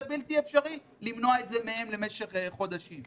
בלתי אפשרי למנוע את זה מהם למשך חודשים.